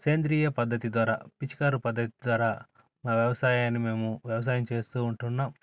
సేంద్రియ పద్ధతి ద్వారా పిచికారీ పద్ధతి ద్వారా మా వ్యవసాయాన్ని మేము వ్యవసాయం చేస్తూ ఉంటున్నాం